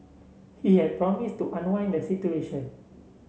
he had promise to unwind the situation